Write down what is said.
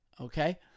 okay